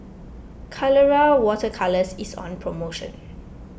Colora Water Colours is on promotion